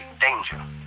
danger